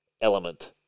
element